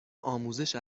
آموزش